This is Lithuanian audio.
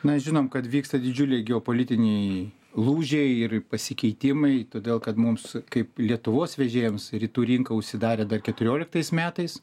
mes žinom kad vyksta didžiuliai geopolitiniai lūžiai ir pasikeitimai todėl kad mums kaip lietuvos vežėjams rytų rinka užsidarė dar keturioliktais metais